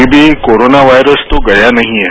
अभी भी corona virus तो गया नहीं है